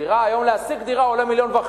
שהיום להשיג דירה עולה 1.5 מיליון.